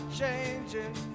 changing